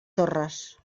torres